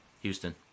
Houston